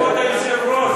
כבוד היושב-ראש,